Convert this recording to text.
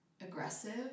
aggressive